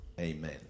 amen